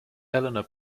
elena